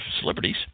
celebrities